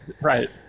Right